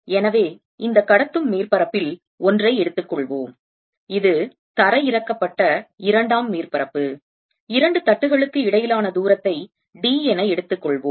எனவே இந்த கடத்தும் மேற்பரப்பில் ஒன்றை எடுத்துக்கொள்வோம் இது தரையிறக்கப்பட்ட இரண்டாம் மேற்பரப்பு இரண்டு தட்டுகளுக்கு இடையிலான தூரத்தை d என எடுத்துக் கொள்வோம்